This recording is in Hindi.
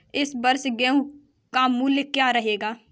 इस वर्ष गेहूँ का मूल्य क्या रहेगा?